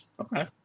Okay